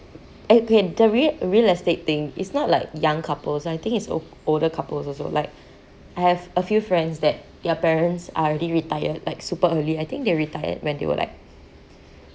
okay ya the real real estate thing it's not like young couples I think it's o~ older couples also like I have a few friends that their parents are already retired like super early I think they retired when they were like